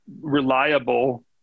reliable